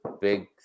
big